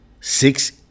Six